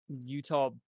Utah